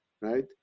right